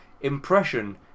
Impression